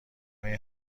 این